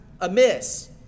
amiss